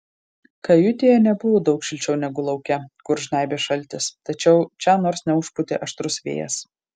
kajutėje nebuvo daug šilčiau negu lauke kur žnaibė šaltis tačiau čia nors neužpūtė aštrus vėjas